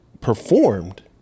performed